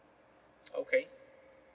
okay